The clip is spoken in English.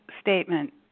statement